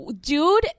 dude